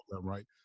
Right